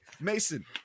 Mason